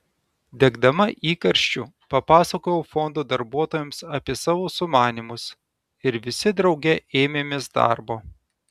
degdama įkarščiu papasakojau fondo darbuotojams apie savo sumanymus ir visi drauge ėmėmės darbo